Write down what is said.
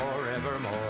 forevermore